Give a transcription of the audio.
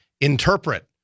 interpret